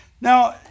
Now